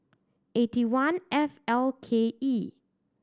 eight one F L K E